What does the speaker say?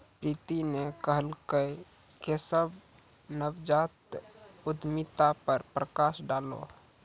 प्रीति न कहलकै केशव नवजात उद्यमिता पर प्रकाश डालौ